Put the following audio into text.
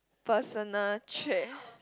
personal trait